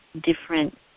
different